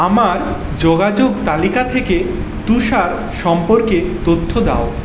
আমার যোগাযোগ তালিকা থেকে তুষার সম্পর্কে তথ্য দাও